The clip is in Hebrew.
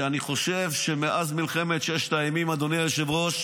שאני חושב שמאז מלחמת ששת הימים, אדוני היושב-ראש,